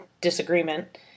disagreement